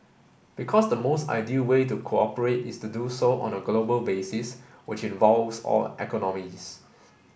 because the most ideal way to cooperate is to do so on a global basis which involves all economies